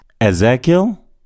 Ezekiel